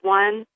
one